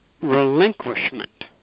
relinquishment